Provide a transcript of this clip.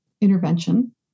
intervention